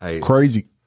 crazy